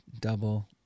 Double